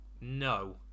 No